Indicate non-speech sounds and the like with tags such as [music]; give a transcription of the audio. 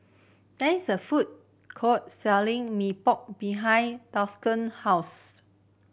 there is a food court selling Mee Pok behind [unintelligible] house